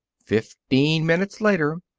fifteen minutes later,